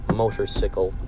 motorcycle